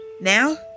Now